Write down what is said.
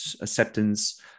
acceptance